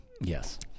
Yes